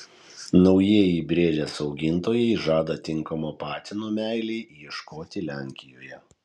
naujieji briedės augintojai žada tinkamo patino meilei ieškoti lenkijoje